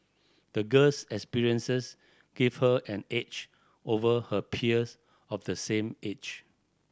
the girl's experiences gave her an edge over her peers of the same age